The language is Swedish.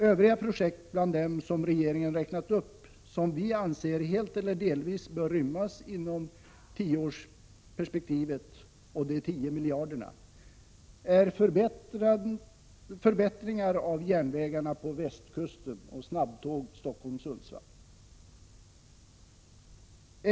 Övriga projekt bland dem som regeringen räknat upp som vi anser helt eller delvis bör rymmas inom tioårsperspektivet och de tio miljarderna är förbättringar av järnvägarna på västkusten och snabbtåg Sundsvall—Stockholm.